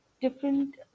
different